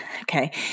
okay